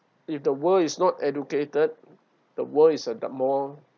if the world is not educated the world is uh the more